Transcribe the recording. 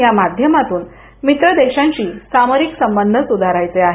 या माध्यमातून मित्र देशांशी सामरिक संबंध सुधारायचे आहेत